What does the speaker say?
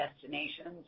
destinations